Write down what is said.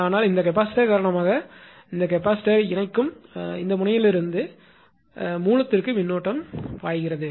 ஆனால் இந்த கெபாசிட்டார் காரணமாக இந்த கெபாசிட்டரை இணைக்கும் முனையிலிருந்து மூலத்திற்கு மின்னோட்டம்கரண்ட் பாய்கிறது